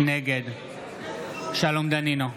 נגד שלום דנינו,